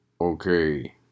Okay